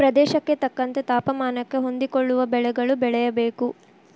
ಪ್ರದೇಶಕ್ಕೆ ತಕ್ಕಂತೆ ತಾಪಮಾನಕ್ಕೆ ಹೊಂದಿಕೊಳ್ಳುವ ಬೆಳೆಗಳು ಬೆಳೆಯಬೇಕು